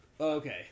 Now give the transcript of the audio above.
okay